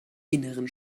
inneren